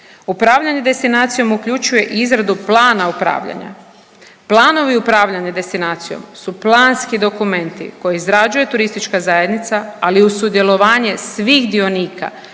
Upravljanje destinacijom uključuje i izradu plana upravljanja, planovi upravljanja destinacijom su planski dokumenti koje izrađuje turistička zajednica, ali uz sudjelovanje svih dionika,